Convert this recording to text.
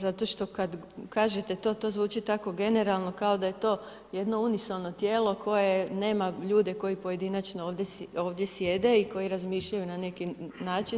Zato što kad kažete to, to zvuči tako generalno kao da je to jedno unisono tijelo koje nema ljude koji pojedinačno ovdje sjede i koji razmišljaju na neki način.